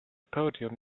podium